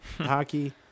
Hockey